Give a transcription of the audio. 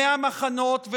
מהמחנות,